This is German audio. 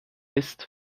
ist